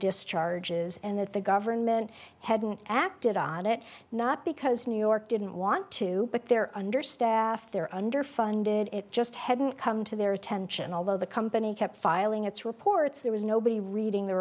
discharges and that the government hadn't acted on it not because new york didn't want to but they're understaffed they're underfunded it just hadn't come to their attention although the company kept filing its reports there was nobody reading the